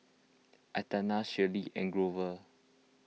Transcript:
Athena Shirlee and Grover